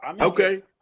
okay